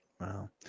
Wow